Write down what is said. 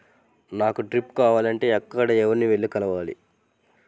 నాకు డ్రిప్లు కావాలి అంటే ఎక్కడికి, ఎవరిని వెళ్లి కలవాలి?